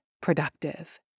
productive